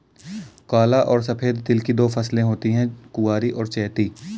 काला और सफेद तिल की दो फसलें होती है कुवारी और चैती